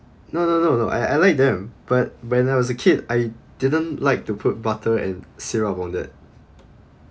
no no no no I I like them but when I was a kid I didn't like to put butter and syrup on it